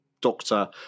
doctor